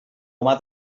humà